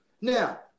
Now